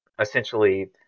essentially